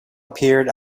appeared